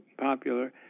popular